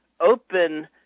open